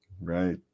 right